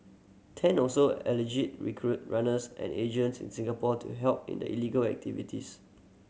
Tan also allegedly recruited runners and agents in Singapore to help in the illegal activities